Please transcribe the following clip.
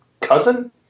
cousin